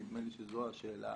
נדמה לי שזו השאלה